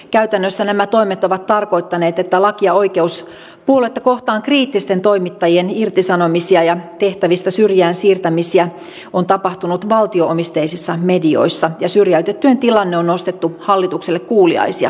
käytännössä nämä toimet ovat tarkoittaneet että laki ja oikeus puoluetta kohtaan kriittisten toimittajien irtisanomisia ja tehtävistä syrjään siirtämisiä on tapahtunut valtio omisteisissa medioissa ja syrjäytettyjen tilalle on nostettu hallitukselle kuuliaisia toimittajia